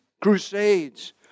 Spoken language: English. crusades